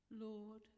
Lord